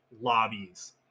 lobbies